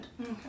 Okay